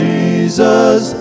Jesus